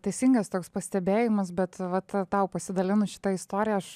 teisingas toks pastebėjimas bet vat tau pasidalinus šita istorija aš